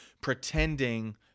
pretending